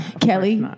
Kelly